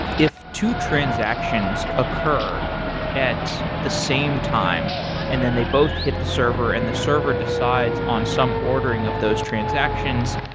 if two transactions occur at the same time and then they both hit the server and the server decides on some ordering of those transactions,